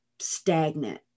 stagnant